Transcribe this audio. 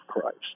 Christ